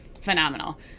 phenomenal